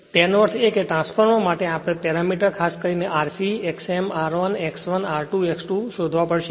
તેનો અર્થ એ કે ટ્રાન્સફોર્મર માટે આપણે પેરામીટર ખાસ કરીને R c X m R1 X1 R2 X2 શોધવા પડશે